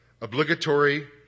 Obligatory